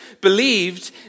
believed